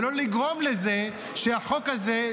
ולא לגרום לזה שהחוק הזה,